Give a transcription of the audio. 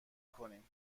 کنیم